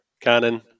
Cannon